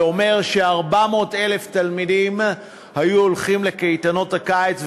וזה אומר ש-400,000 תלמידים היו הולכים לקייטנות הקיץ,